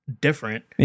different